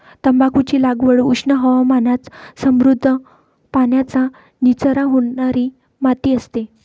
तंबाखूची लागवड उष्ण हवामानात समृद्ध, पाण्याचा निचरा होणारी माती असते